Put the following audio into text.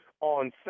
on